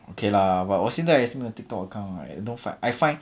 okay lah but 我现在也是没有 TikTok account right no find I find